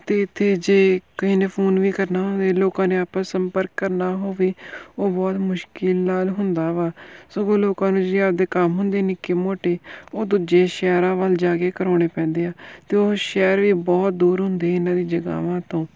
ਅਤੇ ਇੱਥੇ ਜੇ ਕਿਸੇ ਨੇ ਫੋਨ ਵੀ ਕਰਨਾ ਹੋਵੇ ਲੋਕਾਂ ਨੇ ਆਪਣਾ ਸੰਪਰਕ ਕਰਨਾ ਹੋਵੇ ਉਹ ਬਹੁਤ ਮੁਸ਼ਕਿਲ ਨਾਲ ਹੁੰਦਾ ਵਾ ਸਗੋਂ ਲੋਕਾਂ ਨੂੰ ਜੇ ਆਪਦੇ ਕੰਮ ਹੁੰਦੇ ਨਿੱਕੇ ਮੋਟੇ ਉਹ ਦੂਜੇ ਸ਼ਹਿਰਾਂ ਵੱਲ ਜਾ ਕੇ ਕਰਵਾਉਣੇ ਪੈਂਦੇ ਆ ਅਤੇ ਉਹ ਸ਼ਹਿਰ ਵੀ ਬਹੁਤ ਦੂਰ ਹੁੰਦੇ ਇਹਨਾਂ ਦੀ ਜਗ੍ਹਾਵਾਂ ਤੋਂ